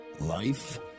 life